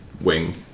wing